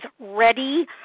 ready